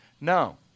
no